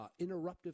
interruptive